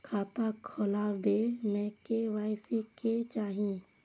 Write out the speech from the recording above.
खाता खोला बे में के.वाई.सी के चाहि?